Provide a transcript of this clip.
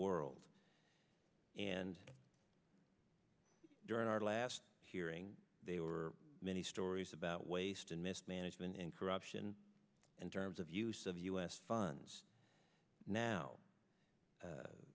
world and during our last hearing they were many stories about waste and mismanagement and corruption in terms of use of u s funds now